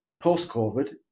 Post-COVID